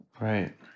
Right